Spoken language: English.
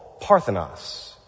Parthenos